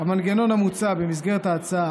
המנגנון המוצע במסגרת ההצעה,